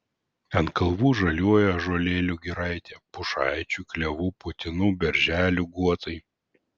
ant kalvų žaliuoja ąžuolėlių giraitė pušaičių klevų putinų berželių guotai